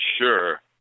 sure